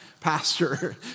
pastor